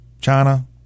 China